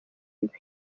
ibi